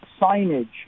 signage